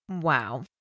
Wow